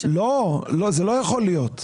לא, זה לא יכול להיות.